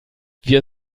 wir